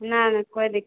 ना ना कोई दिक